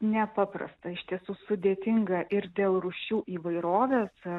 nepaprasta iš tiesų sudėtinga ir dėl rūšių įvairovės ar